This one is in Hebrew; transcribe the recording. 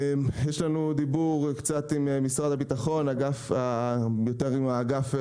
יש לנו דיבור קצת עם משרד הבטחון, יותר עם האגף,